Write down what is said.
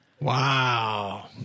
Wow